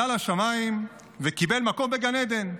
עלה לשמיים וקיבל מקום בגן עדן.